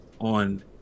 on